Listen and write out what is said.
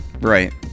Right